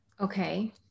Okay